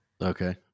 okay